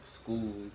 school